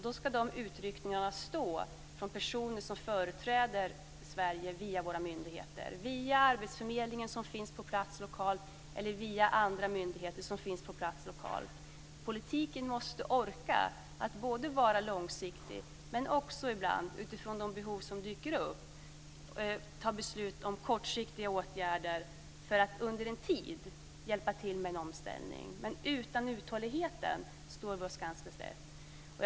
Då ska de utryckningarna ske av personer som företräder Sverige via våra myndigheter, via arbetsförmedlingen som finns på plats lokalt eller via andra myndigheter som finns på plats lokalt. Politiken måste orka både att vara långsiktig och att ibland utifrån de behov som dyker upp fatta beslut om kortsiktiga åtgärder för att under en tid hjälpa till med en omställning. Men utan uthålligheten står vi oss ganska slätt.